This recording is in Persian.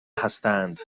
هستند